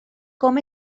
com